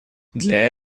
для